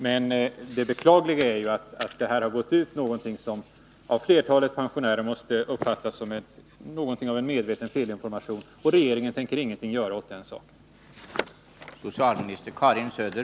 Men det B beklagliga är att det har gått ut information som av flertalet pensionärer måste uppfattas som något av en medvetet felaktig information — och regeringen tänker inte göra någonting åt den saken!